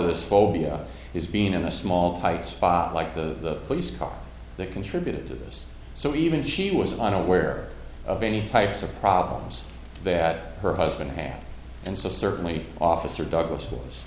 of this phobia is being in a small tight spot like the police car that contributed to this so even she was unaware of any types of problems that her husband had and so certainly officer douglas